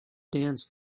dance